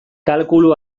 kalkulu